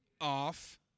off